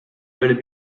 valait